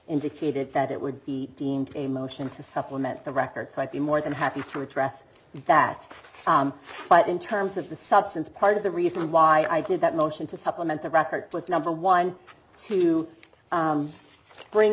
indicated that it would be deemed a motion to supplement the record so i'd be more than happy to address that but in terms of the substance part of the reason why i did that motion to supplement the record was number one to